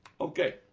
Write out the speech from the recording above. okay